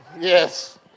yes